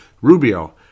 Rubio